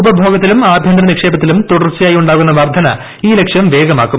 ഉപഭോഗത്തിലും ആഭ്യന്തര നിക്ഷേപത്തിലും തുടർച്ചയായി ഉണ്ടാകുന്ന വർദ്ധന ഈ ലക്ഷ്യം വേഗമാക്കും